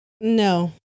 no